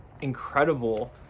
incredible